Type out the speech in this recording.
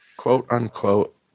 quote-unquote